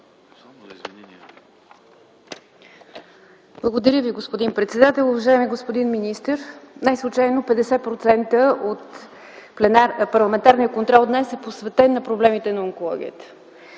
Благодаря Ви, господин председател. Уважаеми господин министър, неслучайно 50% от парламентарния контрол днес е посветен на проблемите на онкологията.